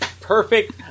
Perfect